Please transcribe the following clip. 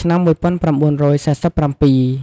ឆ្នាំ១៩៤៧។